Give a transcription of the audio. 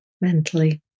mentally